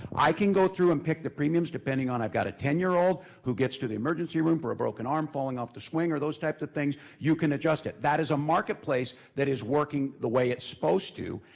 i can go through and pick the premiums, depending i've got a ten year old, who gets to the emergency room for a broken arm falling off the swing or those types of things, you can adjust it. that is a marketplace that is working the way it's supposed to,